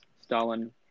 Stalin